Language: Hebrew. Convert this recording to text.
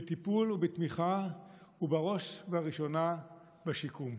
בטיפול ובתמיכה, ובראש ובראשונה בשיקום.